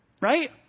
Right